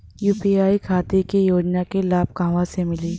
UP खातिर के योजना के लाभ कहवा से मिली?